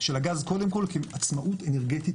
של הגז קודם כל כעצמאות אנרגטית,